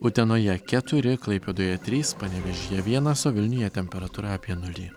utenoje keturi klaipėdoje trys panevėžyje vienas o vilniuje temperatūra apie nulį